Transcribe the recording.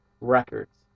records